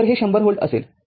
तरहे १०० व्होल्ट असेल